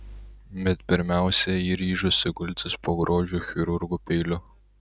bet pirmiausia ji ryžosi gultis po grožio chirurgų peiliu